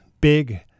big